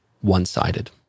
one-sided